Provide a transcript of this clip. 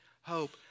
hope